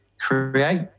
create